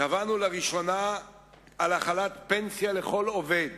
קבענו לראשונה החלת פנסיה לכל עובד,